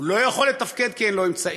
הוא לא יכול לתפקד כי אין לו אמצעים,